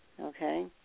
Okay